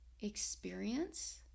experience